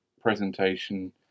presentation